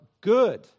good